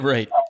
Right